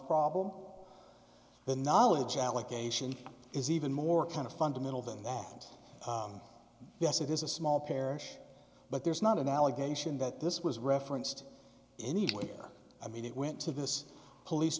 problem the knowledge allegation is even more kind of fundamental than that and yes it is a small parish but there's not an allegation that this was referenced anywhere i mean it went to this police